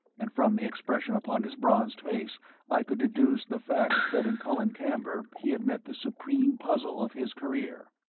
and from the expression upon his bronzed face i could deduce the fact that in colin camber he had met the supreme puzzle of his career.